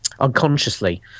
unconsciously